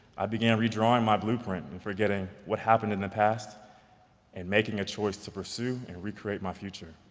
i began redrawing my blueprint and forgetting what happened in the past and making a choice to pursue and recreate my future.